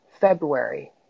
February